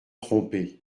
trompés